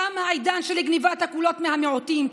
תם העידן של גנבת הקולות מהמיעוטים,